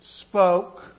spoke